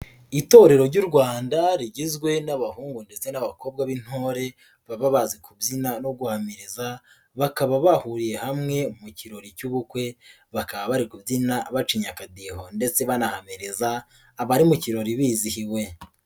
Itorero ry'u Rwanda rigizwe n'abahungu ndetse n'abakobwa b'intore baba bazi kubyina no guhamiriza, bakaba bahuriye hamwe mu kirori cy'ubukwe, bakaba bari kubyina bacinya akadiho ndetse banahamiriza abari mu kirori bizihiwe.